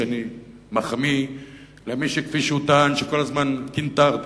שאני מחמיא למי שכפי שהוא טען, כל הזמן קנטרתי.